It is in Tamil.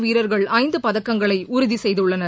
வீரர்கள் ஐந்து பதக்கங்களை உறுதி செய்துள்ளனர்